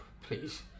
please